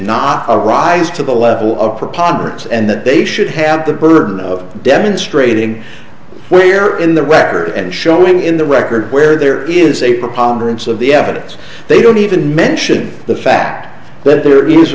not rise to the level of preponderance and that they should have the burden of demonstrating where in the record and showing in the record where there is a preponderance of the evidence they don't even mention the fact that there is